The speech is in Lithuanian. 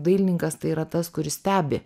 dailininkas tai yra tas kuris stebi